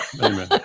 amen